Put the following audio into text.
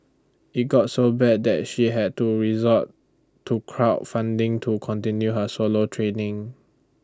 IT got so bad that she had to resort to crowd funding to continue her solo training